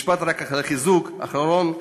משפט לחיזוק, אחרון.